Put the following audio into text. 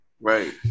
Right